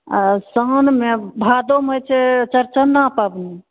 आओर साओनमे भादोमे होइत छै चौरचंदा पबनी